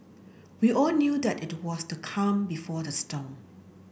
we all knew that it was the calm before the storm